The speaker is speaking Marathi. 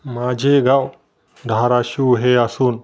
माझे गाव धाराशिव हे असून